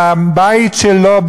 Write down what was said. בבית שלו,